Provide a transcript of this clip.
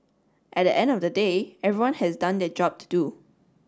at the end of the day everyone has done their job to do